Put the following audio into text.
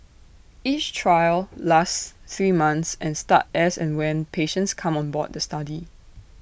each trial lasts three months and start as and when patients come on board the study